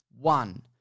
One